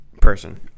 Person